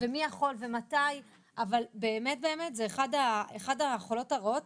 זו אחת החולות הרעות.